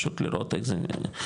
פשוט לראות איך זה מפולח.